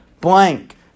Blank